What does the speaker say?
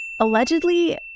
Allegedly